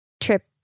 trip